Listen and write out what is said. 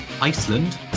Iceland